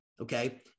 Okay